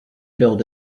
build